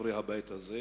מחברי הבית הזה,